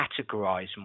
categorize